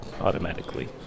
automatically